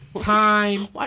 time